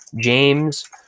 James